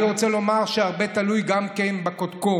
אני רוצה לומר שהרבה תלוי גם כן בקודקוד.